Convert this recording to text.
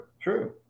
true